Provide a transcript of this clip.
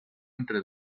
entre